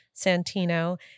Santino